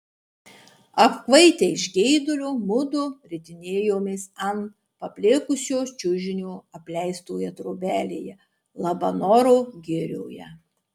apkvaitę iš geidulio mudu ritinėjomės ant paplėkusio čiužinio apleistoje trobelėje labanoro girioje